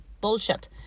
bullshit